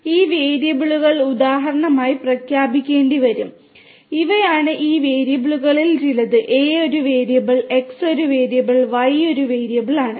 അതിനാൽ ഈ വേരിയബിളുകൾ ഉദാഹരണമായി പ്രഖ്യാപിക്കേണ്ടിവരും ഇവയാണ് ഈ വേരിയബിളുകളിൽ ചിലത് A ഒരു വേരിയബിൾ X ഒരു വേരിയബിൾ Y ഒരു വേരിയബിൾ ആണ്